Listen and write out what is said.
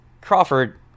Crawford